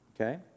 okay